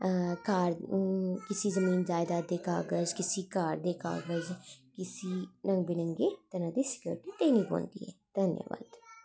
किसे जमीन जैदात दे कागज़ किसे घर दे कागज़ किसे होर किसे दी स्कयोर्टी देनां पौंदी ऐ